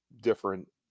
different